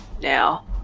now